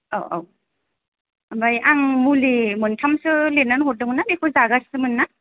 औ औ ओमफ्राय आं मुलि मोनथामसो लिरनानै हरदोंमोन ना बेखौ जागासिनो मोन ना